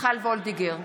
מיכל וולדיגר,